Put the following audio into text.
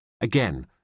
Again